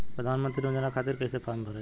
प्रधानमंत्री योजना खातिर कैसे फार्म भराई?